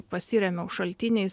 pasirėmiau šaltiniais